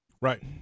Right